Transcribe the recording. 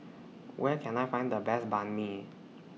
Where Can I Find The Best Banh MI